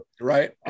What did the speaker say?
right